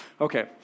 okay